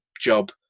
job